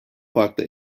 farklı